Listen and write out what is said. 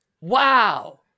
wow